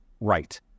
right